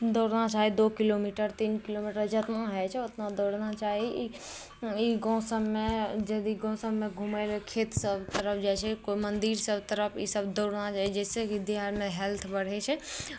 दौड़ना चाही दू किलोमीटर तीन किलोमीटर जतना होइ छै उतना दौड़ना चाही ई ई गाँव सभमे यदि गाँव सभमे घूमय लेल खेतसभ तरफ जाइ छै कोइ मन्दिरसभ तरफ इसभ दौड़ना चाही जइसे कि देह हाथमे हेल्थ बढ़ै छै